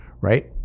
right